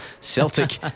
Celtic